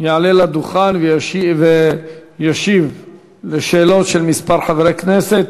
יעלה לדוכן וישיב לשאלות של כמה חברי כנסת.